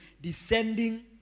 descending